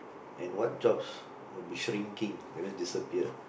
and what jobs will be shrinking that means disappear